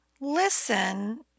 listen